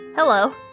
Hello